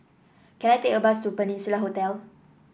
can I take a bus to Peninsula Hotel